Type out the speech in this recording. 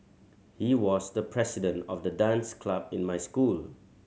he was the president of the dance club in my school